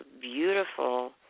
beautiful